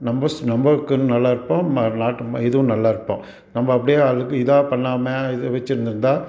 நம்ம ஸ் நம்மளுக்கு நல்லாயிருப்போம் ம நாட்டு ம இதுவும் நல்லாயிருப்போம் நம்ம அப்படியே அழுக்கு இதாக பண்ணாமல் இது வெச்சுன்னு இருந்தால்